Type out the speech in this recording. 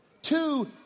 Two